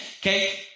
Okay